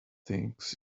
things